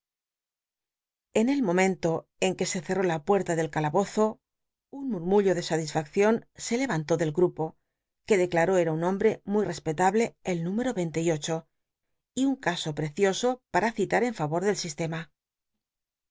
en el momento en que se cerró la puerta del calabozo un murmullo de salisfaccion se kyanlú del gtupo que declaró era un hombte muy respetable el número v cinte y ocho y un caso precioso pam citar en favor del sistema